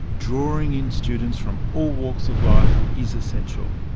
drawing in students from all walks of life is essential.